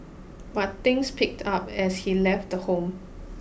but things picked up as he left the home